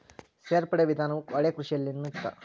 ಸೇರ್ಪಡೆ ವಿಧಾನವು ಹಳೆಕೃಷಿಯಲ್ಲಿನು ಇತ್ತ